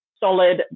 solid